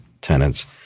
tenants